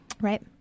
Right